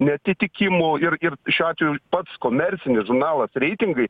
neatitikimų ir ir šiuo atveju pats komercinis žurnalas reitingai